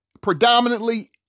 predominantly